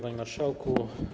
Panie Marszałku!